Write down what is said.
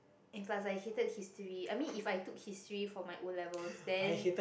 and plus I hated history I mean if I took history for my O-levels then